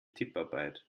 tipparbeit